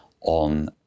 on